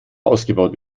ausgebaut